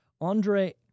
Andre